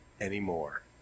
anymore